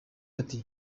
ati